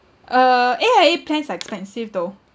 uh A_I_A plans are expensive though